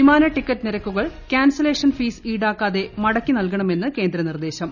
വിമാന ടിക്കറ്റ് നിരക്കൂക്ൾ cancellation fees ഈടാക്കാതെ മടക്കി ന്റ്ല്കണമെന്ന് കേന്ദ്ര നിർദ്ദേശം